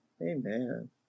Amen